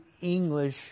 English